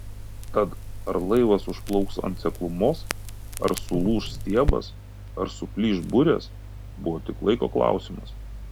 tad ar laivas užplauks ant seklumos ar sulūš stiebas ar suplyš burės buvo tik laiko klausimas